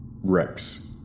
Rex